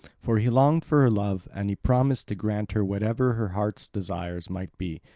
for he longed for her love, and he promised to grant her whatever her hearts desire might be.